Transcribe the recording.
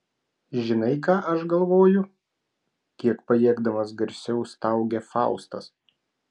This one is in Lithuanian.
žinai ką aš galvoju kiek pajėgdamas garsiau staugia faustas